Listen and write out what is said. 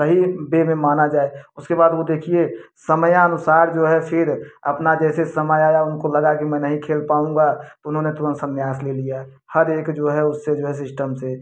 सही बे में माना जाए उसके बाद वो देखिए समयानुसार जो है फिर अपना जैसे समय आया उनको लगा कि मैं नहीं खेल पाऊँगा उन्होंने तुरंत सन्यास ले लिया हर एक जो है वो उससे जो है सिस्टम से